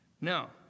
Now